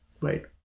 Right